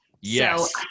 Yes